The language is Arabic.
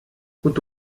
كنت